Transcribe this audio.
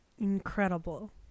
incredible